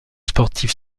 sportive